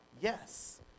Yes